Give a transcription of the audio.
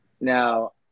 Now